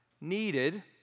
needed